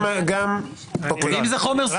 שנייה --- אם זה חומר סודי, אז תגידו אסור.